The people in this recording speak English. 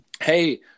Hey